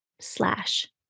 slash